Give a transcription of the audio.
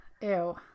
Ew